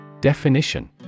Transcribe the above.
Definition